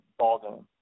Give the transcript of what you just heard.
ballgame